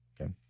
okay